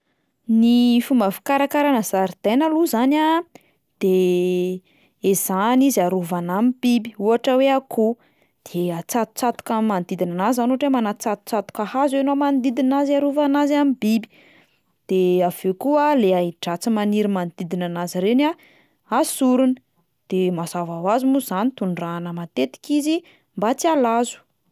Ny fomba fikarakarana zaridaina aloha zany a de ezahana izy arovana amin'ny biby ohatra hoe akoho, de atsatotsatoka amin'ny manodidina anazy zany ohatra hoe manatsatotsatoka hazo ianao manodidina azy iarovana azy amin'ny biby, de avy eo koa le ahi-dratsy maniry le manodidina anazy reny a asorina, de mazava ho azy moa zany tondrahana matetika izy mba tsy halazo.